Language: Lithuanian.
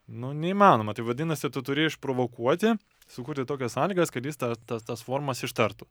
nu neįmanoma tai vadinasi tu turi išprovokuoti sukurti tokias sąlygas kad jis tą tas tas formas ištartų